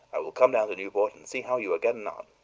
i will come down to newport and see how you are getting on.